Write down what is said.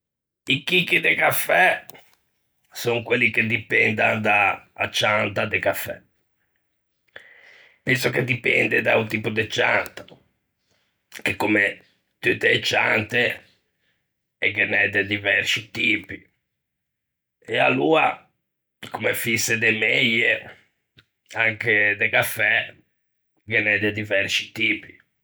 I chicchi de cafè son quelli che dipendan da-a cianta e cafè. Penso che dipende da-o tipo de cianta, che comme tutte e ciante ghe n'é de diversci tipi, e aloa, comme fïse de meie, anche de cafè ghe n'é de diversci tipi.